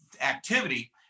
activity